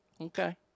Okay